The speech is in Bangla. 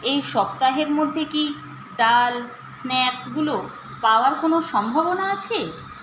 এই সপ্তাহের মধ্যে কি ডাল স্ন্যাক্সগুলো পাওয়ার কোনও সম্ভাবনা আছে